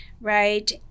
right